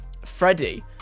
Freddie